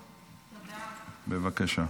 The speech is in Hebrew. בבקשה.